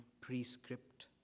prescript